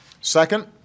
Second